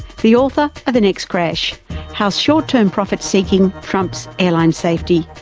the author of the next crash how short term profit seeking trumps airline safety.